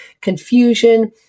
confusion